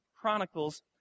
Chronicles